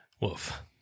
Wolf